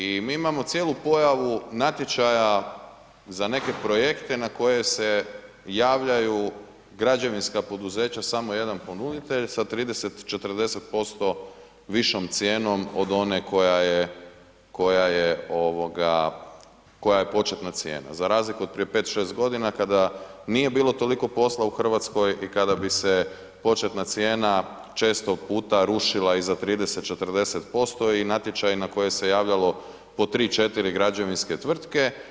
I mi imamo cijelu pojavu natječaja za neke projekte na koje se javljaju građevinska poduzeća samo jedan ponuditelj sa 30, 40% višom cijenom od one koja je početna cijena, za razliku od prije pet, šest godina kada nije bilo toliko posla u Hrvatskoj i kada bi se početna cijena često puta rušila i za 30, 40% i na natječaj koji se javljao po tri, četiri građevinske tvrtke.